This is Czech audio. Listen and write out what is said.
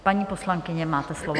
Paní poslankyně, máte slovo.